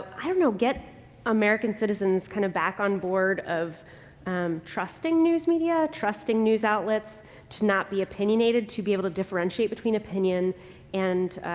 i don't know, get american citizens kind of back on board of um trusting news media, trusting news outlets to not be opinionated, to be able to differentiate between opinion and,